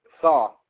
Saw